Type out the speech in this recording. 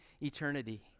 eternity